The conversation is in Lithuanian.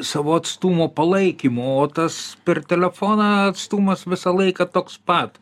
savo atstumo palaikymu o tas per telefoną atstumas visą laiką toks pat